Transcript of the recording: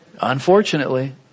Unfortunately